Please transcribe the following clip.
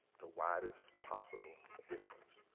the widest possible difference.